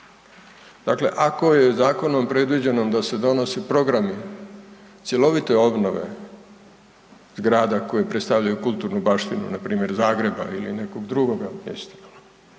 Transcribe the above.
Dakle je zakonom predviđeno da se nosi programi cjelovite obnove zgrada koje predstavljaju kulturnu baštinu npr. Zagreba ili nekog drugoga mjesta,